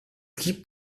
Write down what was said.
gibt